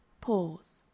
pause